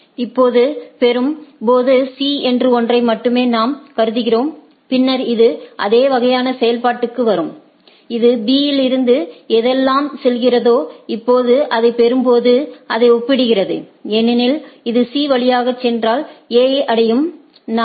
இப்போது பெறும் போது C என்று ஒன்றை மட்டுமே நாம் கருதுகிறோம் பின்னர் இது அதே வகையான செயல்பாட்டுக்கு வரும் இது B இலிருந்து எதெல்லாம் செல்கிறதோ இப்போது அதைப் பெறும்போது அதை ஒப்பிடுகிறது ஏனெனில் இது C வழியாக சென்றால் A ஐ அடையும் 4